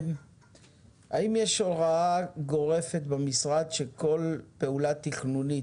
האם יש הוראה גורפת במשרד שכל פעולה תכנונית